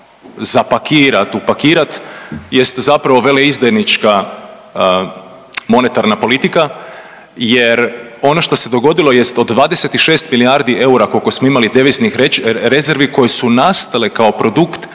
zapakirat, upakirat jest zapravo veleizdajnička monetarna politika jer ono što se dogodilo jest od 26 milijardi eura koliko smo imali deviznih rezervi koje su nastale kao produkt